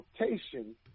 rotation